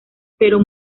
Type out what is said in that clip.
pero